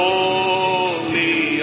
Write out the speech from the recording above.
Holy